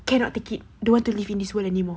cannot take it don't want to live in this world anymore